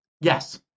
Yes